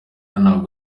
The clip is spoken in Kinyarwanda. ntabwo